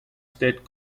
state